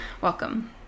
welcome